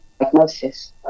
diagnosis